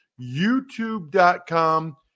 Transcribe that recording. YouTube.com